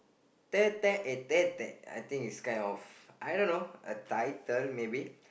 there there uh there there I think is kind of a title I don't know maybe